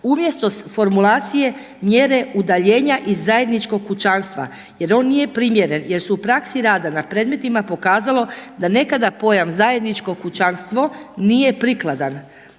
Umjesto formulacije mjere udaljenje iz zajedničkog kućanstva jer on nije primjeren, jer su u praksi rada na predmetima pokazalo da nekada pojam zajedničko kućanstvo nije prikladan.